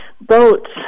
boats